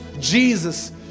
Jesus